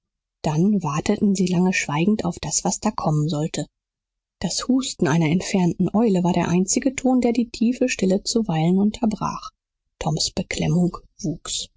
dann warteten sie lange schweigend auf das was da kommen sollte das husten einer entfernten eule war der einzige ton der die tiefe stille zuweilen unterbrach toms beklemmung wuchs